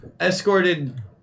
escorted